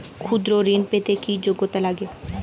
ক্ষুদ্র ঋণ পেতে কি যোগ্যতা লাগে?